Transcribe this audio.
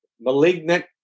malignant